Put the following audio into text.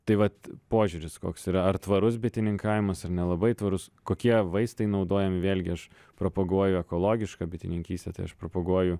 tai vat požiūris koks yra ar tvarus bitininkavimas ar nelabai tvarus kokie vaistai naudojami vėlgi aš propaguoju ekologišką bitininkystę tai aš propaguoju